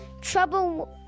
trouble